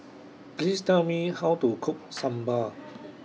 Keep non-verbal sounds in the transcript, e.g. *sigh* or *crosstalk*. Please Tell Me How to Cook Sambar *noise*